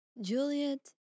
Juliet